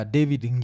David